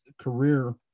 career